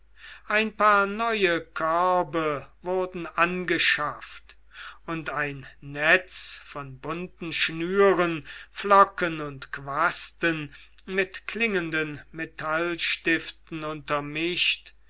ein paar neue körbe wurden angeschafft und ein netz von bunten schnüren flocken und quasten mit klingenden metallstiften untermischt